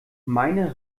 meine